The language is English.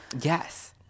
Yes